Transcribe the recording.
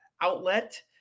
outlet